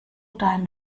deinen